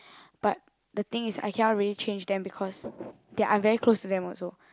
but the thing is I cannot really change them because that I very close to them also